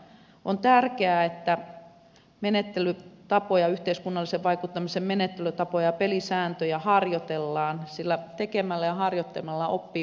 on tärkeää että menettelytapoja yhteiskunnallisen vaikuttamisen menettelytapoja pelisääntöjä harjoitellaan sillä tekemällä ja harjoittelemalla oppii parhaiten